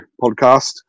podcast